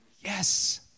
Yes